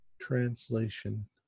translation